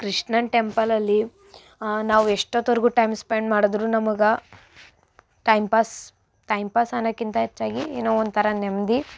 ಕೃಷ್ಣನ ಟೆಂಪಲಲ್ಲಿ ನಾವು ಎಷ್ಟೊತ್ವರೆಗೂ ಟೈಮ್ ಸ್ಪೆಂಡ್ ಮಾಡಿದ್ರೂ ನಮಗೆ ಟೈಮ್ ಪಾಸ್ ಟೈಮ್ ಪಾಸ್ ಅನ್ನೋಕ್ಕಿಂತ ಹೆಚ್ಚಾಗಿ ಏನೋ ಒಂಥರ ನೆಮ್ಮದಿ